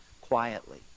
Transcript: quietly